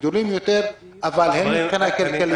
חבר הכנסת עסאקלה,